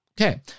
Okay